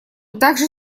также